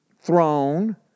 throne